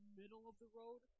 middle-of-the-road